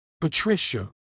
Patricia